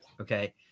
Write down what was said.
Okay